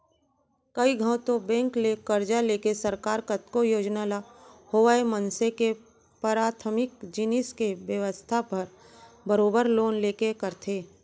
कइ घौं तो बेंक ले करजा लेके सरकार कतको योजना ल होवय मनसे के पराथमिक जिनिस के बेवस्था बर बरोबर लोन लेके करथे